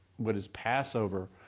what is passover,